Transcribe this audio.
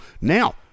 Now